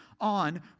on